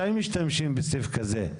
משתמשים בסעיף כזה?